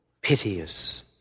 piteous